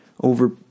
over